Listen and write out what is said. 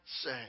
Say